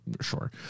sure